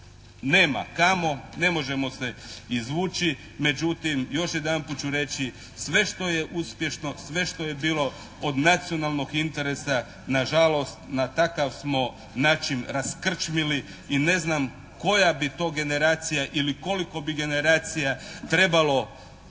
nema kamo, ne možemo se izvući. Međutim, još jedanput ću reći, sve što je uspješno, sve što je bilo od nacionalnog interesa nažalost na takav smo način raskrčmili ili ne znam koja bi to generacija ili koliko bi generacija trebalo